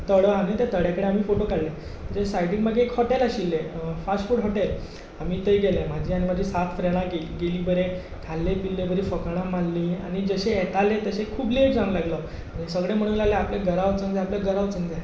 त्या तड्या कडेन आमी फोटो बी काडले सायडीक मागी एक हॉटेल आशिल्ले फास फूड हॉटेल आमी थोंय गेले आमी आनी माजी सात फ्रेंडां गेल्लीं गेलीं बरें खालें पिलें बरी फकाणां मारलीं आनी जशे येताले तशे खूब लेट जावंक लागलो सगले म्होणोंक लागले आपल्याक घरा वचोंक जाय आपल्याक घरा वचोंक जाय